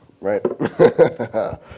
right